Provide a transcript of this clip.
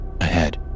Ahead